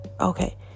Okay